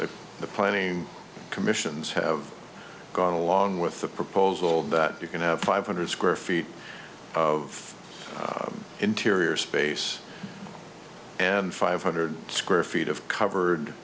that the planning commissions have gone along with the proposal that you can have five hundred square feet of interior space and five hundred square feet of covered